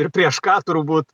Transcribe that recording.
ir prieš ką turbūt